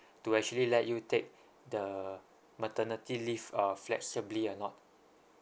to actually let you take the maternity leave uh flexibly or not